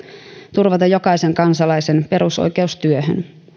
turvata jokaisen kansalaisen perusoikeus työhön